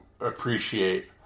appreciate